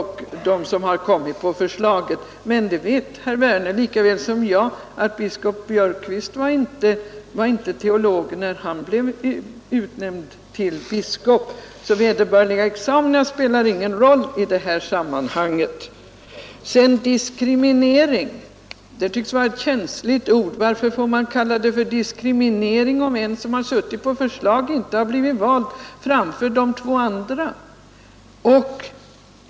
Herr Werner vet lika väl som jag att biskop Björkquist inte var teolog när han blev utnämnd till biskop, så examina spelar ingen roll i sammanhanget. Diskriminering tycks vara ett känsligt ord. Varför kallar man det för diskriminering om en person som varit på förslag inte har blivit vald framför de två andra?